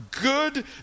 good